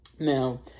Now